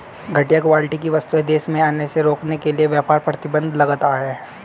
घटिया क्वालिटी की वस्तुएं देश में आने से रोकने के लिए व्यापार प्रतिबंध लगता है